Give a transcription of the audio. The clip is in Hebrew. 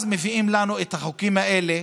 אז מביאים לנו את החוקים האלה,